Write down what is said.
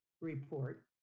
report